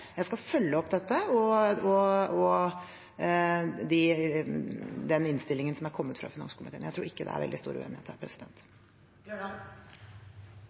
jeg skal følge opp dette og den innstillingen som er kommet fra finanskomiteen. Jeg tror ikke det er veldig stor uenighet her.